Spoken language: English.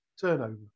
turnover